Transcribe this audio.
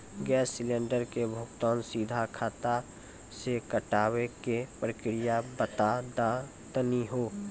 Gas cylinder के भुगतान सीधा खाता से कटावे के प्रक्रिया बता दा तनी हो?